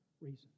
reason